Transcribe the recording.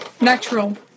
natural